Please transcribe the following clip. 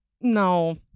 no